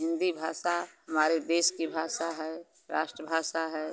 हिन्दी भाषा हमारे देश की भाषा है राष्ट्रभाषा है